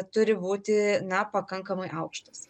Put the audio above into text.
turi būti na pakankamai aukštas